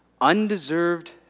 undeserved